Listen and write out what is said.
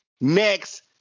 next